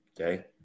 Okay